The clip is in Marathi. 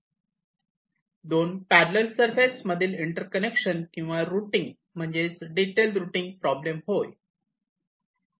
2 पॅररल सरफेस मधील इंटर्कनेक्शन किंवा रुटींग म्हणजेच डिटेल रुटींग प्रॉब्लेम होय